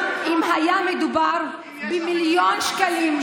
גם אם היה מדובר במיליון שקלים,